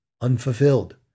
unfulfilled